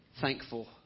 thankful